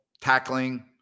tackling